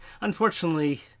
Unfortunately